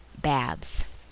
Babs